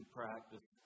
practice